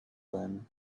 then